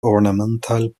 ornamental